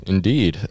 Indeed